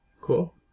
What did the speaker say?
Cool